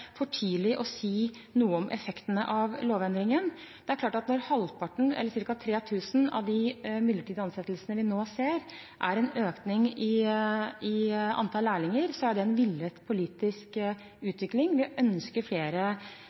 for tidlig å si noe om effektene av lovendringen. Det er klart at når halvparten – eller ca. 3 000 – av de midlertidige ansettelsene vi nå ser, kommer av en økning i antall lærlinger, er det en villet politisk utvikling: Vi ønsker flere